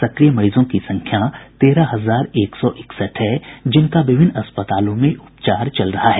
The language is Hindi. सक्रिय मरीजों की संख्या तेरह हजार एक सौ इकसठ है जिनका विभिन्न अस्पतालों में उपचार चल रहा है